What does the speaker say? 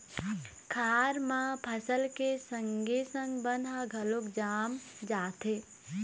खार म फसल के संगे संग बन ह घलोक जाम जाथे